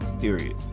period